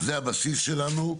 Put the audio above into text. זה הבסיס שלנו.